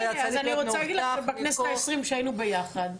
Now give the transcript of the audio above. אני רוצה להגיד לך שבכנסת ה-20 כשהיינו ביחד,